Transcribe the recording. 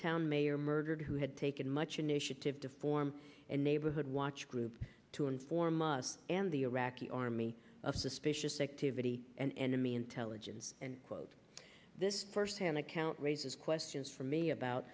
town mayor murdered who had taken much initiative to form and neighborhood watch group to inform us and the iraqi army of suspicious activity and to me intelligence and quote this firsthand account raises questions for me about